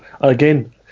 again